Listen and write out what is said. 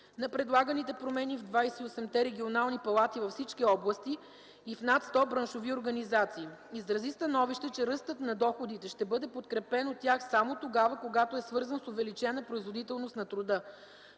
на предлаганите промени в 28-те регионални палати във всички области и в над 100 браншови организации. Изрази становище, че ръстът на доходите ще бъде подкрепен от тях само тогава, когато е свързан с увеличена производителност на труда.